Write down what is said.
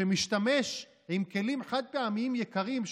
שמשתמש בכלים חד-פעמיים יקרים,